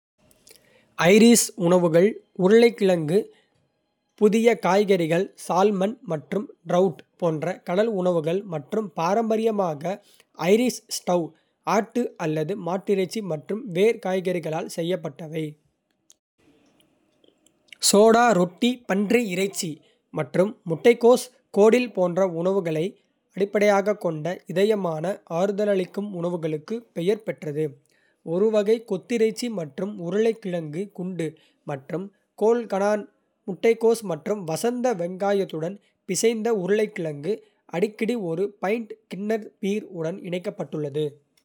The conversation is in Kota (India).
ஐரிஷ் உணவுகள் உருளைக்கிழங்கு, புதிய காய்கறிகள், சால்மன் மற்றும் ட்ரவுட் போன்ற கடல் உணவுகள் மற்றும் பாரம்பரியமாக ஐரிஷ் ஸ்டவ். ஆட்டு அல்லது மாட்டிறைச்சி மற்றும் வேர் காய்கறிகளால் செய்யப்பட்டவை, சோடா ரொட்டி, பன்றி இறைச்சி மற்றும் முட்டைக்கோஸ். கோடில் போன்ற உணவுகளை அடிப்படையாகக் கொண்ட இதயமான, ஆறுதலளிக்கும் உணவுகளுக்கு பெயர் பெற்றது. ஒரு வகை தொத்திறைச்சி மற்றும் உருளைக்கிழங்கு குண்டு. மற்றும் கோல்கனான் முட்டைக்கோஸ் மற்றும் வசந்த வெங்காயத்துடன் பிசைந்த உருளைக்கிழங்கு, அடிக்கடி ஒரு பைண்ட் கின்னஸ் பீர் உடன் இணைக்கப்பட்டுள்ளது.